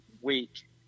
week